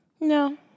No